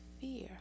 fear